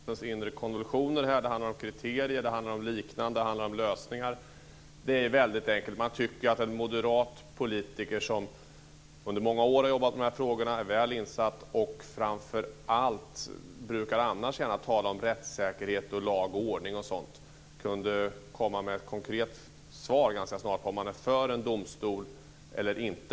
Fru talman! Det är intressant att följa Gustaf von Essens inre konventioner. Det handlar om kriterier, om liknande, om lösningar. Det är väldigt enkelt. Man tycker ju att en moderat politiker som under många år har jobbat med dessa frågor, som är väl insatt och som framför allt annars gärna brukar tala om rättssäkerhet, lag och ordning, osv. kunde komma med ett konkret svar ganska snart om han är för en domstol eller inte.